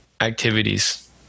activities